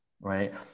right